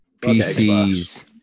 PCs